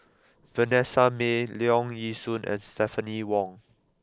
Vanessa Mae Leong Yee Soo and Stephanie Wong